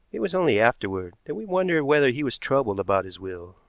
it was only afterward that we wondered whether he was troubled about his will.